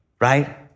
right